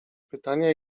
pytania